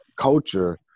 culture